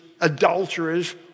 adulterers